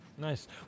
Nice